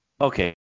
okay